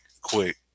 quick